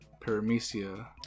Paramecia